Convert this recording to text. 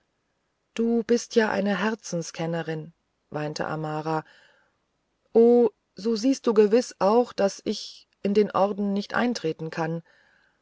du bist ja die herzenskennerin weinte amara o so siehst du gewiß auch daß ich in den orden nicht eintreten kann